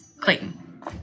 Clayton